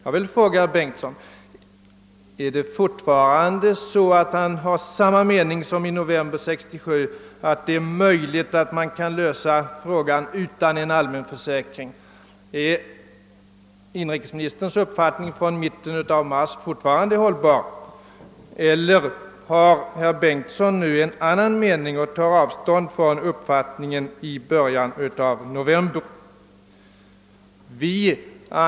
Jag vill fråga herr Bengtsson: Har ni fortfarande samma mening som i november 1967, nämligen att det är möjligt att lösa frågan utan en allmän försäkring? Är inrikesministerns uppfattning från mitten av mars ännu hållbar? Har herr Bengtsson nu en annan mening och tar avstånd från uppfattningen i november?